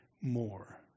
more